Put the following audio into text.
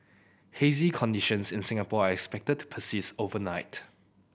hazy conditions in Singapore are expected to persist overnight